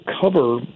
cover